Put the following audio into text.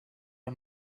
her